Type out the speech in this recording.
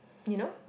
you know